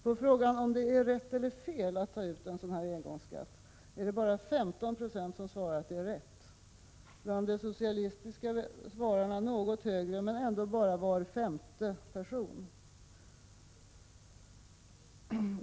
På frågan om det är rätt eller fel att ta ut en sådan här engångsskatt är det bara 15 90 som svarat att det är rätt. Bland de socialistiska väljarna är siffran något högre men gäller ändå bara var femte person.